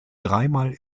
dreimal